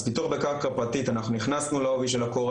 אז פיתוח בקרקע פרטית אנחנו נכנסנו לעובי הקורה